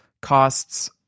costs